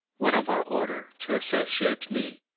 one of our order, to associate me,